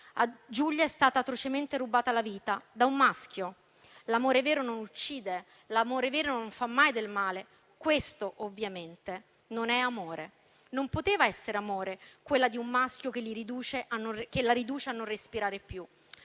Giulia è stata atrocemente rubata la vita da un maschio. L'amore vero non uccide. L'amore vero non fa mai del male. Questo, ovviamente, non è amore. Non poteva essere amore quello di un maschio che la riduce a non respirare più.